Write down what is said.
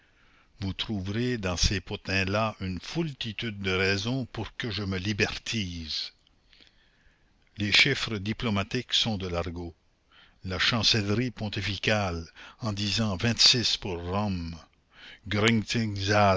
vous trouverez dans ces potains là une foultitude de raisons pour que je me libertise les chiffres diplomatiques sont de l'argot la chancellerie pontificale en disant pour rome